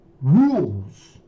rules